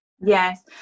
yes